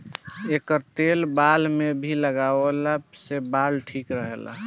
एकर तेल बाल में भी लगवला से बाल ठीक रहेला